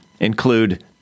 include